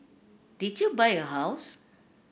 did you buy a house